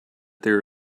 there